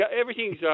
everything's